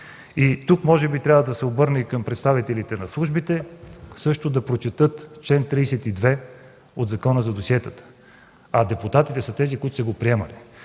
Тук може би трябва да се обърна и към представителите на службите да прочетат чл. 32 от Закона за досиетата, а депутатите са тези, които са го приемали.